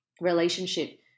relationship